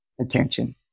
attention